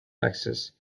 axis